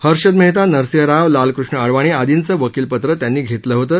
हर्षद मेहता नरसिंह राव लालकृष्ण अडवाणी आर्दीचं वकीलपत्र त्यांनी घेतलं होतं